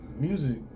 Music